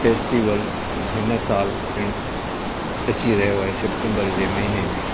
festival हिन सालु पिण अची अहियो आहे सैप्टैंबर जे महीने में